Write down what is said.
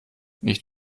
nicht